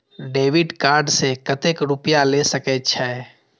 Debit card से कतेक रूपया ले सके छै?